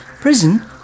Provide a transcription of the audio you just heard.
Prison